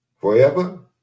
forever